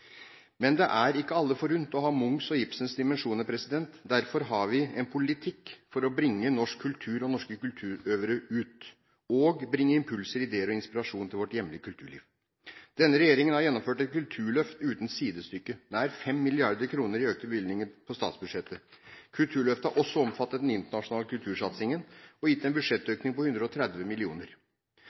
Men det er ikke alle forunt å ha Munchs og Ibsens dimensjoner. Derfor har vi en politikk for å bringe norsk kultur og norske kulturutøvere ut, og for å bringe impulser, ideer og inspirasjon til vårt hjemlige kulturliv. Denne regjeringen har gjennomført et kulturløft uten sidestykke, med nær 5 mrd. kr i økte bevilgninger over statsbudsjettet. Kulturløftet har også omfattet den internasjonale kultursatsingen og gitt en budsjettøkning på 130